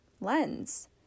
lens